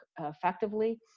effectively